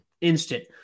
instant